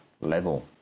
level